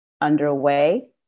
underway